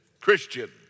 Christian